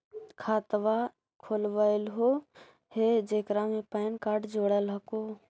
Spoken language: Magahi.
खातवा खोलवैलहो हे जेकरा मे पैन कार्ड जोड़ल हको?